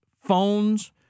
phones